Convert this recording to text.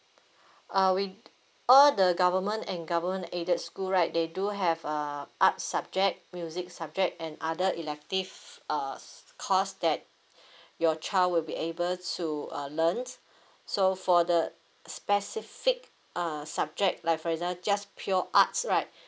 uh we t~ all the government and government aided school right they do have uh art subject music subject and other elective uh s~ course that your child will be able to uh learnt so for the specific err subject like for example just pure arts right